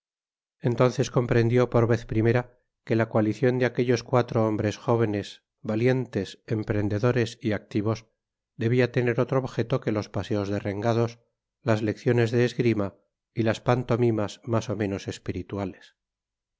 entonces comprendió por vez primera que la coalicion de aquellos cuatro hombres jóvenes valientes emprendedores y activos debia tener otro objeto que los paseos derrengados las lecciones de esgrima y las pantomimas mas ó menos espirituales